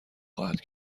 خواهد